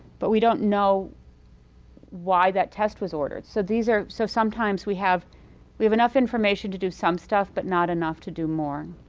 but we don't know why that test was ordered. so these are so sometimes we have we have enough information to do some stuff but not enough to do more.